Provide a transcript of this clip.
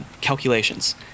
calculations